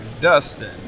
dustin